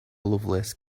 lovelace